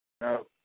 No